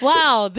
Wow